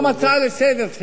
גם הצעה לסדר-היום.